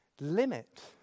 limit